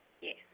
Yes